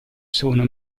sono